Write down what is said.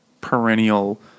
perennial